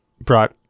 brought